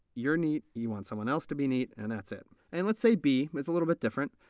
you're neat, you want someone else to be neat, and that's it. and let's say b is a little bit different.